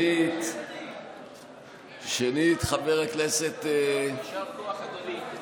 שנית, חבר הכנסת יישר כוח, אדוני.